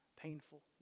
painful